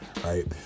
right